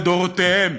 לדורותיהם.